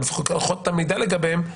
או לפחות את המידע לגביהם,